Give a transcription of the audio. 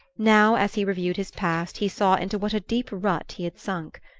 now, as he reviewed his past, he saw into what a deep rut he had sunk.